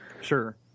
Sure